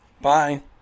bye